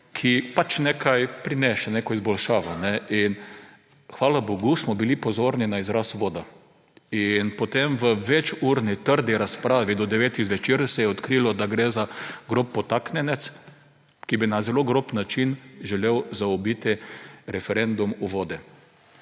ki pač nekaj prinese, neko izboljšavo. In hvala bogu smo bili pozorni na izraz voda. In potem v večurni trdi razpravi do devetih zvečer se je odkrilo, da gre za grob podtaknjenec, ki bi na zelo grob način želel zaobiti referendum o vodi.